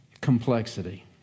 complexity